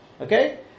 Okay